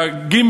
ג.